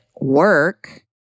work